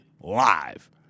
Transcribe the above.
live